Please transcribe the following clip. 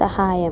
സഹായം